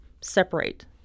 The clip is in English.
separate